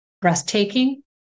breathtaking